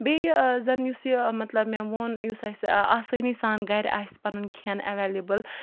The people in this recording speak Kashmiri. بیٚیہِ زَن یُس یہِ مَطلَب مےٚ وون یُس اَسہِ آسٲنی سان گَرِ آسہِ پَنُن کھیٚن ایویلیبٕل